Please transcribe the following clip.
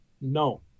no